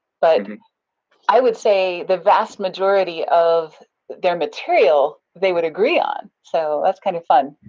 but i would say the vast majority of their material, they would agree on, so that's kinda fun.